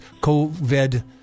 COVID